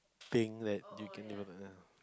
thing that you can